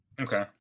Okay